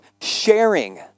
sharing